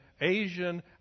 Asian